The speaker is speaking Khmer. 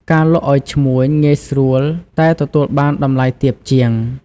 ការលក់ឲ្យឈ្មួញ ងាយស្រួល តែទទួលបានតម្លៃទាបជាង។